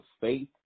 faith